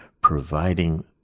providing